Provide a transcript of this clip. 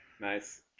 nice